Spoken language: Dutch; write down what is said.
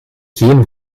geen